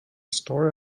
story